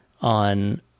on